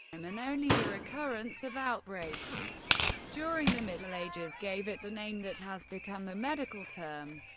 um and only the recurrence of outbreaks during the middle ages gave it the name that has become the medical term.